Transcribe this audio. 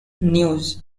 news